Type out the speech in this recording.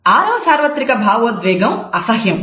ఆరవ సార్వత్రిక భావోద్వేగం అసహ్యం